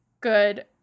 good